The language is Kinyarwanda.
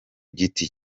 giti